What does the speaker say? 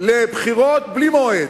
לבחירות בלי מועד.